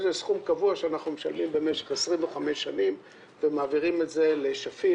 זה סכום קבוע שאנחנו משלמים במשך 25 שנים לחברת "שפיר"